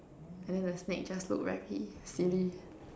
and then the snake just look very silly